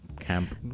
camp